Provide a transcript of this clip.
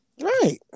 Right